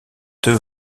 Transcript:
deux